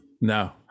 No